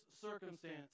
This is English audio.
circumstance